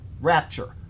rapture